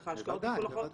איך ההשקעות מפולחות?